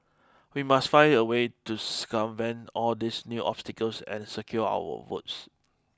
we must find a way to circumvent all these new obstacles and secure our votes